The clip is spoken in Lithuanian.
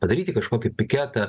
padaryti kažkokį piketą